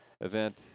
event